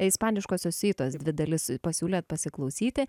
ispaniškosios siuitos dvi dalis pasiūlėt pasiklausyti